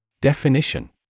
Definition